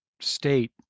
state